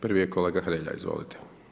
Prvi je kolega Hrelja, izvolite.